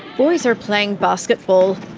boys are playing basketball.